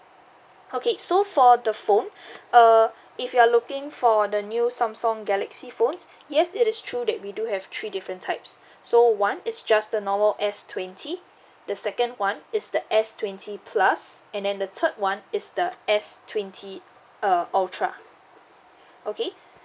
okay so for the phone err if you're looking for the new samsung galaxy phones yes it is true that we do have three different types so one is just the normal S twenty the second one is the S twenty plus and then the third one is the S twenty err ultra okay